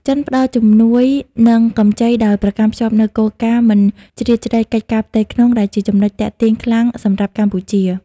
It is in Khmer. ចិនផ្ដល់ជំនួយ និងកម្ចីដោយប្រកាន់ខ្ជាប់នូវគោលការណ៍មិនជ្រៀតជ្រែកកិច្ចការផ្ទៃក្នុង ដែលជាចំណុចទាក់ទាញខ្លាំងសម្រាប់កម្ពុជា។